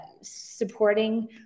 supporting